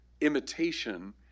imitation